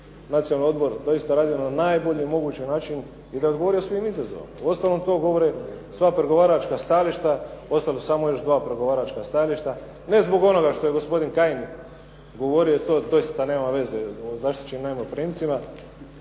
nacionalni odbor doista radio na najbolji mogući način i da je odgovorio svim izazovima, uostalom to govore sva pregovaračka stajališta, ostala su još samo dva pregovaračka stajališta. Ne zbog onoga što je gospodin Kajin govorio, to doista nema veze o zaštićenim najmoprimcima.